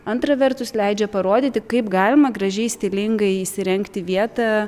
antra vertus leidžia parodyti kaip galima gražiai stilingai įsirengti vietą